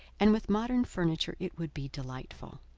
and with modern furniture it would be delightful.